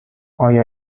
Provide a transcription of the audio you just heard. آیا